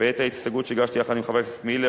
ואת ההסתייגות שהגשתי יחד עם חבר הכנסת מילר,